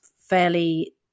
fairly